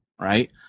right